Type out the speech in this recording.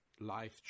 Life